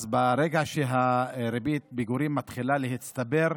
ברגע שריבית הפיגורים מתחילה להצטבר,